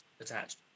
attached